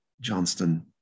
Johnston